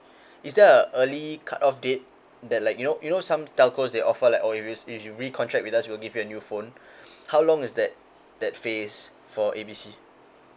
is there a early cut off date that like you know you know some telcos they offer like oh if it's if you recontract with us we'll give you a new phone how long is that that phase for A B C